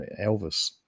Elvis